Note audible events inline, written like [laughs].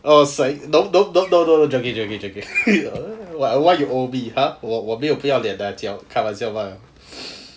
I was like don't don't don't don't joking joking joking [laughs] why you oh me !huh! 我我没有不要脸 lah 讲开玩笑罢了